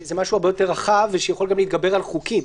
שזה משהו הרבה יותר רחב ושיכול גם להתגבר על חוקים.